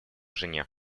жене